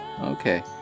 Okay